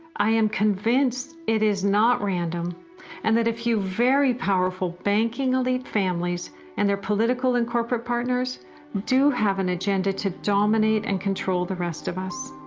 i am convinced it is not random and that a few very powerful banking elite families and their political and corporate partners do have an agenda to dominate and control the rest of us.